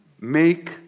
Make